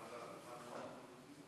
בבקשה, סגן השר.